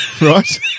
right